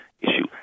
issue